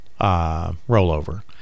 rollover